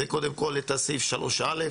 זה קודם כול סעיף 3א,